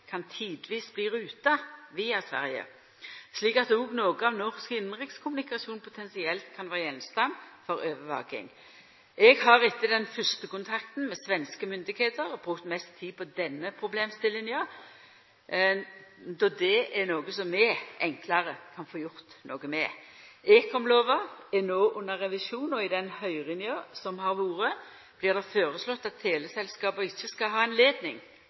kan tidvis bli ruta via Sverige, slik at også noko av norsk innanrikskommunikasjon potensielt kan bli gjenstand for overvaking. Eg har etter den første kontakten med svenske styresmakter brukt mest tid på denne problemstillinga, då dette er noko vi enklare kan få gjort noko med. Ekomlova er no under revisjon, og i den høyringa som har vore, vart det føreslått at teleselskapa ikkje skal ha